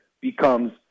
becomes